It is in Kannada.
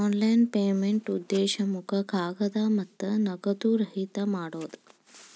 ಆನ್ಲೈನ್ ಪೇಮೆಂಟ್ನಾ ಉದ್ದೇಶ ಮುಖ ಕಾಗದ ಮತ್ತ ನಗದು ರಹಿತ ಮಾಡೋದ್